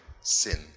sin